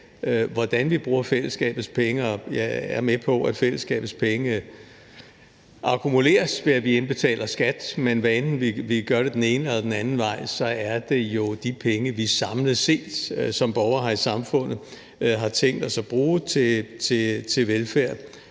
hvordan vi bruger fællesskabets penge. Jeg er med på, at fællesskabets penge akkumuleres, ved at vi indbetaler skat, men hvad enten vi gør det den ene eller den anden vej, er det jo de penge, vi samlet set som borgere her i samfundet har tænkt os at bruge til velfærd,